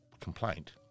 complaint